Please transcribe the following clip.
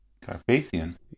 Carpathian